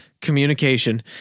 Communication